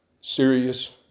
serious